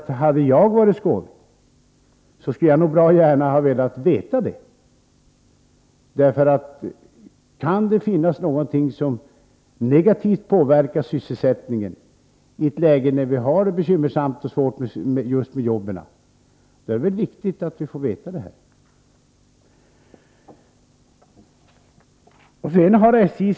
Hade jag varit skåning skulle jag nog bra gärna ha velat veta det. Om detta är negativt för sysselsättningen i ett läge när vi har det bekymmersamt och svårt med jobben, är det viktigt att vi får veta det.